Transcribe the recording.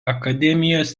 akademijos